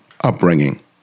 upbringing